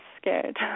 scared